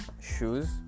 shoes